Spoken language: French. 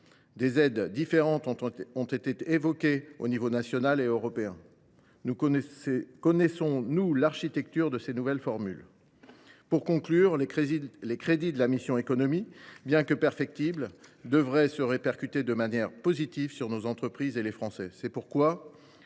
Des aides différentes ont été évoquées au niveau national et européen. Connaissons nous l’architecture de ces nouvelles formules ? Pour conclure, les crédits de la mission « Économie », bien que perfectibles, devraient avoir des conséquences positives pour nos entreprises et les Français.